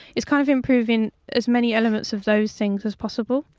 it's kind of improving as many elements of those things as possible.